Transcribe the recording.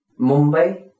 mumbai